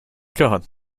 god